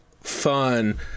fun